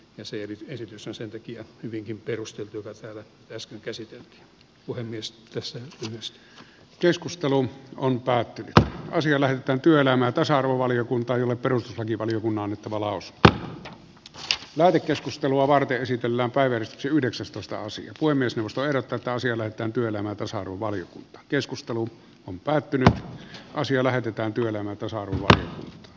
jos eri esitystä sen takia hyvinkin perusteltu toiselle jos kysytään voin myös tässä myös keskustelu on hallintotyötä ja asia lähettää työelämän tasa arvovaliokuntaan jolle perustuslakivaliokunnanduttava lausetta jos vaalikeskustelua vartia esitellään päiväys yhdeksästoista sija kuin myös musta erotetaan se esitys jota täällä äsken käsiteltiin on senkin takia hyvin perusteltu